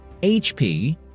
HP